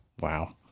Wow